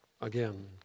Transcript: again